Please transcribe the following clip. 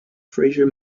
fraser